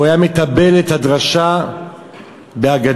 הוא היה מתבל את הדרשה באגדה,